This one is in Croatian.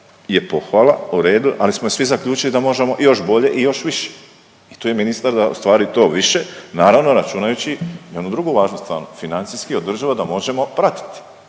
je pohvala, u redu, ali smo svi zaključili da možemo još bolje i još više i tu je ministar da ostvari to više, naravno, računajući i onu drugu važnu stranu, financijski održivo da možemo pratiti.